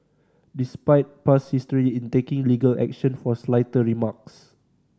despite past history in taking legal action for slighter remarks